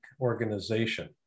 organization